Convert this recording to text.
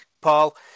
Paul